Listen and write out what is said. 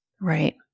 right